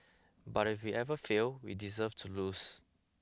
but if we ever fail we deserve to lose